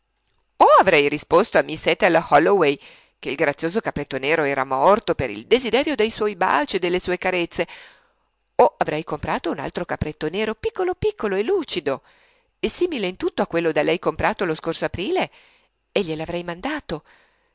o avrei risposto a miss ethel holloway che il grazioso capretto nero era morto per il desiderio de suoi baci e delle sue carezze o avrei comperato un altro capretto nero piccolo piccolo e lucido simile in tutto a quello da lei comperato lo scorso aprile e gliel'avrei mandato